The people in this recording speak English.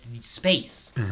space